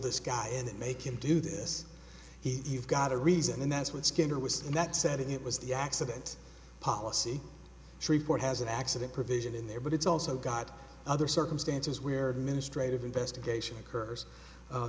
this guy and make him do this he's got a reason and that's what skinner was that said it was the accident policy report has an accident provision in there but it's also got other circumstances where administrative investigation occurs